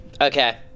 Okay